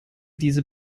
diese